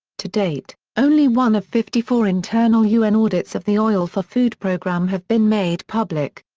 to date, only one of fifty four internal un audits of the oil-for-food programme have been made public.